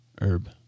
Herb